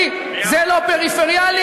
אותו אני שומע פעם ראשונה.